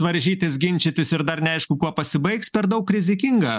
varžytis ginčytis ir dar neaišku kuo pasibaigs per daug rizikinga